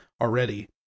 already